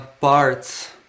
parts